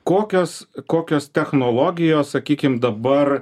kokios kokios technologijos sakykim dabar